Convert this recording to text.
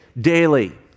daily